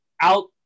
out